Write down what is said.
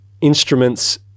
instruments